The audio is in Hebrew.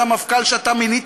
זה המפכ"ל שאתה מינית,